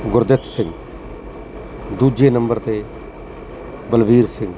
ਗੁਰਦਿੱਤ ਸਿੰਘ ਦੂਜੇ ਨੰਬਰ 'ਤੇ ਬਲਵੀਰ ਸਿੰਘ